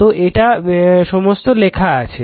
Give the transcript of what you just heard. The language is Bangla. তো এটা সমস্ত লেখা আছে